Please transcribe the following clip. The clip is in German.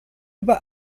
über